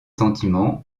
sentiments